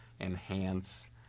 enhance